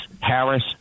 Harris